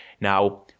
now